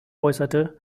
äußerte